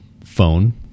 phone